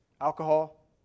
alcohol